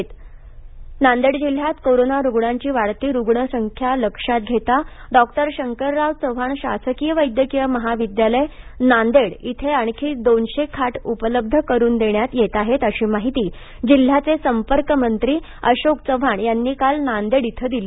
अशोक चव्हाण आढावा नांदेड जिल्ह्यात कोरोना रूग्णांची वाढती रूग्ण लक्षात घेता डॉ शंकरराव चव्हाण शासकीय वैद्यकीय महाविद्यालय नांदेड ईथे आणखि दोनशे खाट उपलब्ध करून देण्यात येत आहेत अशी माहिती जिल्ह्याचे संपर्कमंत्री अशोक चव्हाण यांनी काल नांदेड इथ दिली